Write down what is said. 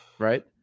Right